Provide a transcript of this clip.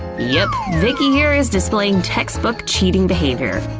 yep, vicki here is displaying text book cheating behavior.